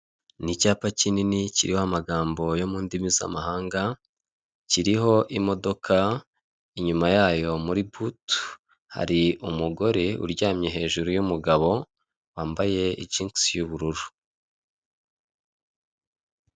Ni icyapa kinini kiriho amagambo yo mu indimi z'amahanga, kiriho imodoka inyuma yayo muri butu, hari umugore uryamye hejuru y'umugabo wambaye ijinkisi y'ubururu.